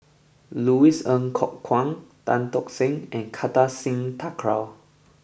Louis Ng Kok Kwang Tan Tock Seng and Kartar Singh Thakral